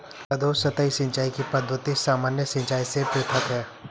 अधोसतही सिंचाई की पद्धति सामान्य सिंचाई से पृथक है